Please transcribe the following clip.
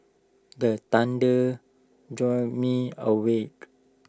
the thunder jolt me awake